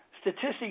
statistics